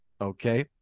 Okay